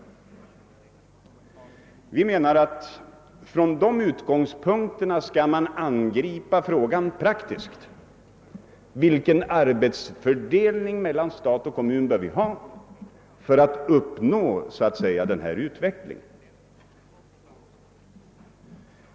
Vi menar att man från de utgångspunkterna skall angripa frågan praktiskt: Vilken arbetsfördelning mellan stat och kommun bör vi ha för att uppnå denna utveckling?